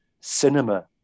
cinema